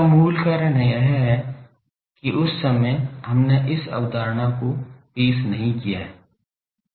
इसका मूल कारण यह है की उस समय हमने इस अवधारणा को पेश नहीं किया है